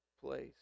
place